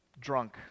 drunk